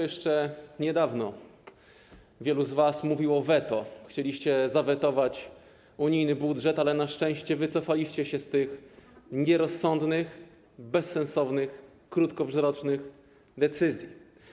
Jeszcze niedawno wielu z was mówiło weto, chcieliście zawetować unijny budżet, ale na szczęście wycofaliście się z tych nierozsądnych, bezsensownych i krótkowzrocznych decyzji.